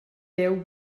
jeu